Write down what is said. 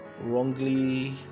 wrongly